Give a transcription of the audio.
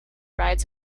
rides